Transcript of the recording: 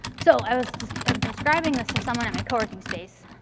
so i was describing this to someone at my coworking space,